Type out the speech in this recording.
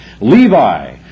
Levi